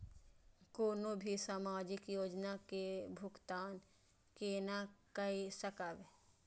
कोनो भी सामाजिक योजना के भुगतान केना कई सकब?